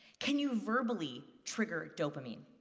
can you verbally trigger dopamine?